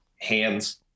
hands